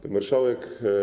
Pani Marszałek!